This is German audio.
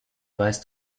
weißt